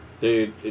Dude